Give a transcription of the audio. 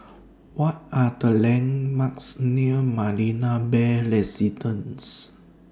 What Are The landmarks near Marina Bay Residences